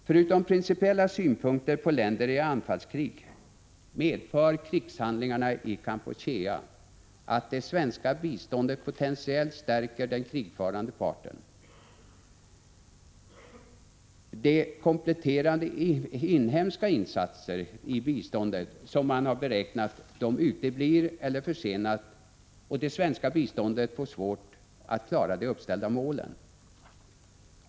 Förutom principella synpunkter på länder i anfallskrig medför krigshandlingarna i Kampuchea att det svenska biståndet potentiellt stärker den krigförande parten, att de kompletterande inhemska insatser i biståndet som har beräknats uteblir eller försenas och att det svenska biståndet får svårt att klara de uppställda målen.